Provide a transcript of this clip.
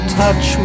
touch